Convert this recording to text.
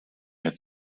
had